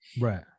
Right